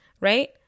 Right